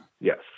Yes